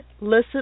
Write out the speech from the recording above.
listen